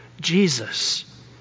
Jesus